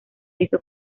hizo